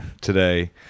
today